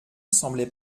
semblait